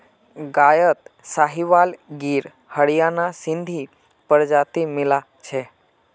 गायत साहीवाल गिर हरियाणा सिंधी प्रजाति मिला छ